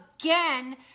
again